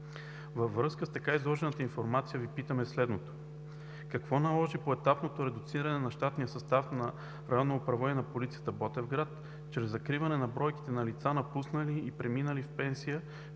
Във връзка с така изложената информация Ви питаме следното: какво наложи поетапното редуциране на щатния състав на Районното управление на полицията в Ботевград чрез закриване на бройките за лица, напуснали и преминали в пенсия,